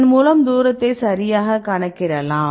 இதன் மூலம் தூரத்தை சரியாகக் கணக்கிடலாம்